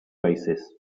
oasis